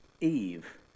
Eve